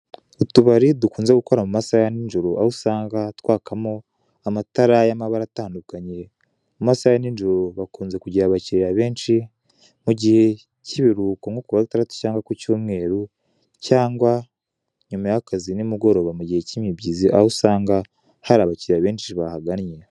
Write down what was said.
Utubari dukunze gukora mu masaha ya ninjoro aho usanga twakamo amatara y'amabara atandukanye mu masaha ya ninjoro bakunze kugira abakiriya benshi mu gihe cy'ibiruhuko nko kuwa gatandatu cyangwa ku cyumweru cyangwa nyuma yakazi ni mugoroba mu gihe cy'imibyizi aho usanga hari abakiriya benshi bahagannye.